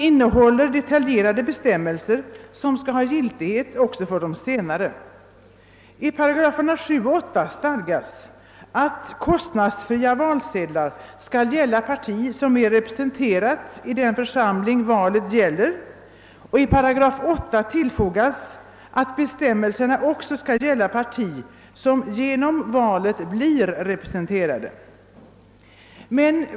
I 7 § stadgas att valsedlar kostnadsfritt skall tillhandahållas parti som är representerat i den församling valet gäller. Och i 8 8 tillfogas att bestämmelserna även skall gälla parti som genom valet blir representerat.